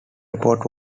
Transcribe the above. report